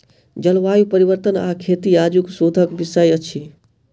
जलवायु परिवर्तन आ खेती आजुक शोधक विषय अछि